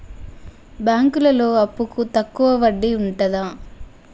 బ్యాంకులలో అప్పుకు తక్కువ వడ్డీ ఉంటదా?